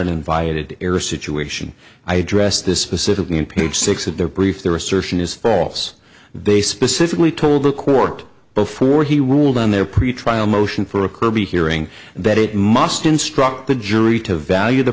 invited error situation i addressed this specifically on page six of their brief their assertion is false they specifically told the court before he ruled on their pretrial motion for a kirby hearing that it must instruct the jury to value the